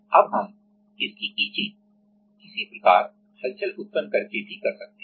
अब हम इसकी इचिंग किसी प्रकार हलचल उत्पन्न करके भी कर सकते हैं